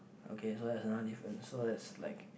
okay so there's another difference so that's like